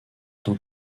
tant